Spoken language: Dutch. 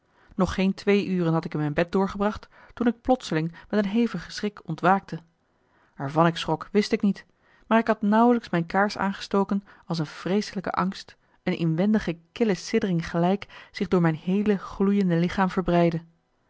nog geen twee uren had ik in mijn bed doorgebracht toen ik plotseling met een hevige schrik ontwaakte waarvan ik schrok wist ik niet maar ik had nauwelijks mijn kaars aangestoken als een vreeselijke angst een inwendige kille siddering gelijk zich door mijn heele gloeiende